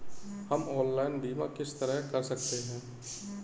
हम ऑनलाइन बीमा किस तरह कर सकते हैं?